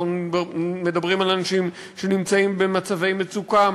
אנחנו מדברים על אנשים שנמצאים במצבי מצוקה,